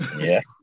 Yes